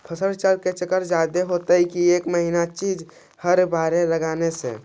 फसल चक्रन से फसल जादे होतै कि एक महिना चिज़ हर बार लगाने से?